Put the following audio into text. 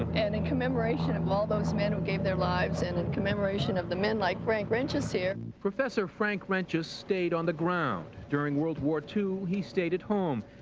and in commemoration of all those men who gave their lives, and in commemoration of the men like frank reintjes here. professor frank reintjes stayed on the ground. during world war ii, he stayed at home.